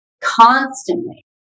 constantly